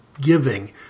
giving